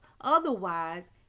Otherwise